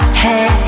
hey